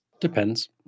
Depends